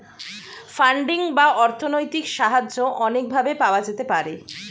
funding বা অর্থনৈতিক সাহায্য অনেক ভাবে পাওয়া যেতে পারে